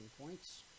points